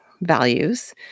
values